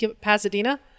Pasadena